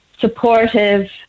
supportive